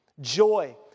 Joy